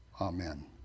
Amen